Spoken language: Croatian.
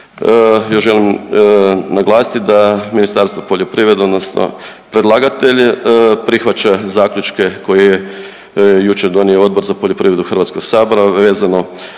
Još želim naglasiti da Ministarstvo poljoprivrede, odnosno predlagatelj prihvaća zaključke koje je jučer donio Odbor za poljoprivredu Hrvatskog sabora vezano